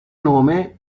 nome